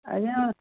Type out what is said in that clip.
ଆଜ୍ଞା